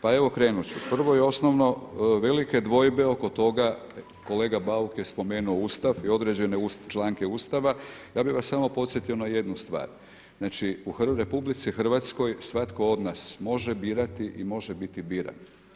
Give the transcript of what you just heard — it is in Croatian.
Pa evo krenut ću, prvo i osnovno velike dvojbe oko toga, kolega Bauk je spomenuo Ustav i određene članke Ustava, ja bih vas samo podsjetio na jednu stvar, znači u RH svatko od nas može birati i može biti biran.